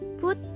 put